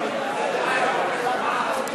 דקות.